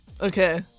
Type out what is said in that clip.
okay